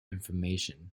information